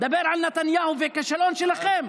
דבר על נתניהו והכישלון שלכם.